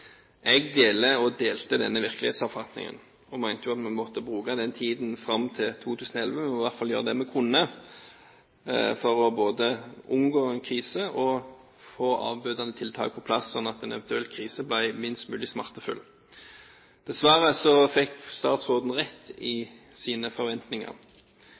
Jeg delte, og deler, denne virkelighetsoppfatningen, og mente vi måtte bruke tiden fram til 2011 til i hvert fall å gjøre det vi kunne for både å unngå en krise og å få avbøtende tiltak på plass slik at en eventuell krise ble minst mulig smertefull. Dessverre fikk statsråden rett i sine forventninger.